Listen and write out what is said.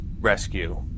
Rescue